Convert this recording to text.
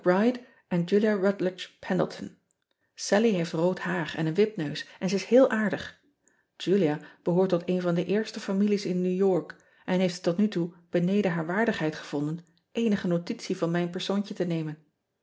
endleton allie heeft rood haar en een wipneus en ze is heel aardig ulia behoort tot een van de eerste families in ew ork en heeft het tot nu toe beneden haar waardigheid gevonden eenige notitie van mijn persoontje te nemen